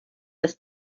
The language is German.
das